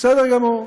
בסדר גמור.